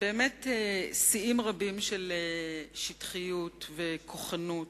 באמת, שיאים רבים של שטחיות וכוחנות